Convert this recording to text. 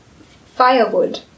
firewood